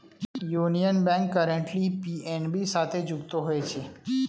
union Bank currently PNB সাথে যুক্ত হয়েছে